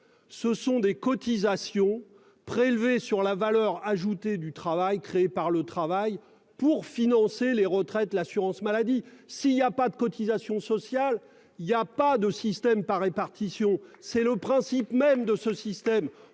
Ce sont des cotisations prélevées sur la valeur ajoutée du travail créées par le travail pour financer les retraites, l'assurance maladie s'il n'y a pas de cotisations sociales. Il y a pas de système par répartition, c'est le principe même de ce système,